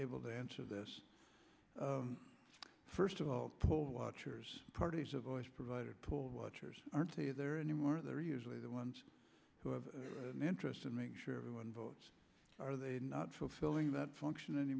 able to answer this first of all poll watchers parties have always provided poll watchers aren't there anymore they're usually the ones who have an interest and make sure everyone votes are they not fulfilling that function any